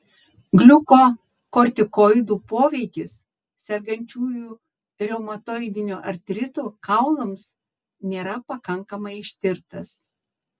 gliukokortikoidų poveikis sergančiųjų reumatoidiniu artritu kaulams nėra pakankamai ištirtas